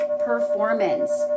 performance